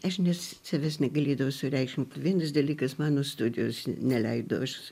aš ne savęs negalėdavau sureikšmint vienas dalykas mano studijos neleido aš